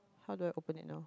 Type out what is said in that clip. how do I open it now